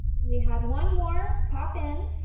and we had one more pop in.